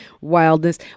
wildness